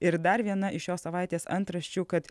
ir dar viena iš šios savaitės antraščių kad